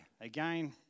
again